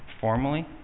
formally